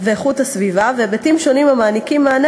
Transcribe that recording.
ואיכות הסביבה והיבטים שונים הנותנים מענה